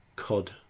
COD